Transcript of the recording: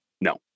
no